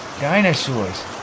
Dinosaurs